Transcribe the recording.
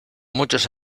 muchos